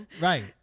Right